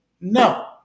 no